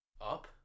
up